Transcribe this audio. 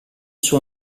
suo